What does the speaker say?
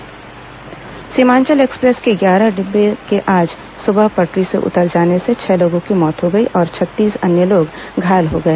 rail दर्घटना Seemanchal express के ग्यारह डिब्बों के आज सुबह पटरी से उतर जाने से छह लोगों की मौत हो गई और छत्तीस अन्य लोग घायल हो गए